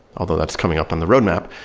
although that's coming up on the roadmap.